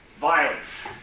Violence